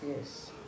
yes